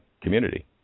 community